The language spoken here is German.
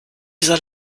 soll